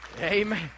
Amen